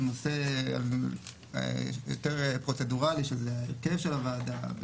נושא יותר פרוצדוראלי שזה הרכב הוועדה,